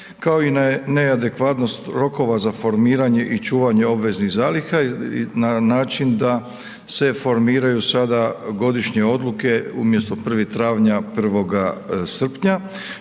kao i na neadekvatnost rokova za formiranje i čuvanje obveznih zaliha na način da se formiraju sada godišnje odluke umjesto 1. travnja 1. srpnja.